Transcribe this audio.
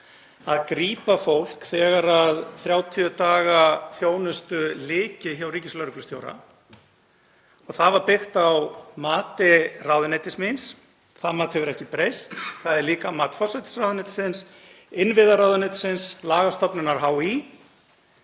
að grípa fólk þegar 30 daga þjónustu lyki hjá ríkislögreglustjóra. Það var byggt á mati ráðuneytis míns. Það mat hefur ekki breyst. Það er líka mat forsætisráðuneytisins, innviðaráðuneytisins, lagastofnunar HÍ